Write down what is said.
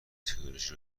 تکنولوژی